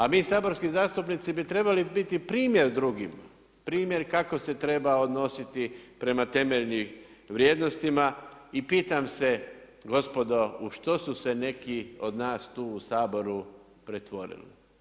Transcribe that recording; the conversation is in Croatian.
A mi saborski zastupnici bi trebali biti primjer drugima, primjer kako se treba odnositi prema temeljnim vrijednostima, i pitam se gospodo u što su se neki od nas tu u Saboru pretvorili.